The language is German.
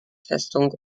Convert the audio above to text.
festung